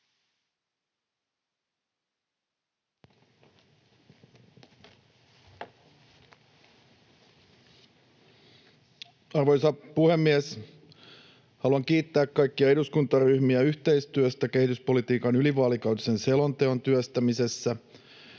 Arvoisa puhemies! Haluan kiittää kaikkia eduskuntaryhmiä yhteistyöstä kehityspolitiikan ylivaalikautisen selonteon työstämisessä.